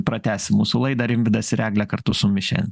pratęsim mūsų laidą rimvydas ir eglė kartu su mumis šiandien